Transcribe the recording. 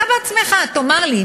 אתה בעצמך תאמר לי,